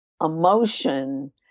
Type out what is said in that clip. emotion